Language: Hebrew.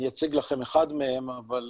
אני אציג לכם אחד מהם ואת